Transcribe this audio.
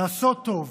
לעשות טוב